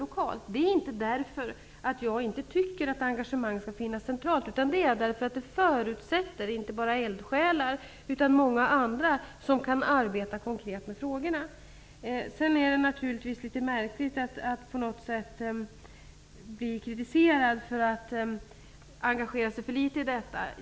Jag säger inte det därför att jag inte tycker att ett centralt engagemang skall finnas utan därför att det förutsätter inte bara eldsjälar utan många andra som arbetar konkret med frågorna. Naturligtvis är det litet märkligt att bli kritiserad för att engagera sig för litet i detta.